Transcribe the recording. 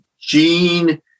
Gene